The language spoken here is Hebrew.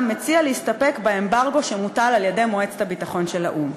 מציע להסתפק באמברגו שמוטל על-ידי מועצת הביטחון של האו"ם.